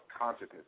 consciousness